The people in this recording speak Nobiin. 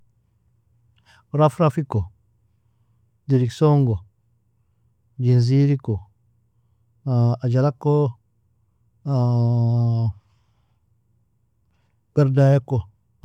Rafraf iko, dirikson go, Jinzir iko, ajala ko, berdaya ko.